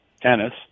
tennis